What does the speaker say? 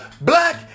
Black